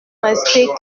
reste